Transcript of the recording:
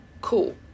Cool